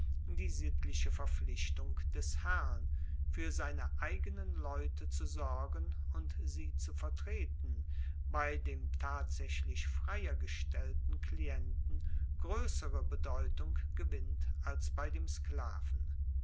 die sittliche verpflichtung des herrn fuer seine eigenen leute zu sorgen und sie zu vertreten bei dem tatsaechlich freier gestellten klienten groessere bedeutung gewinnt als bei dem sklaven